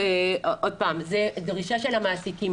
שוב, זו דרישה של המעסיקים.